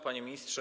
Panie Ministrze!